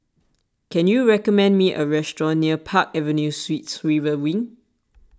can you recommend me a restaurant near Park Avenue Suites River Wing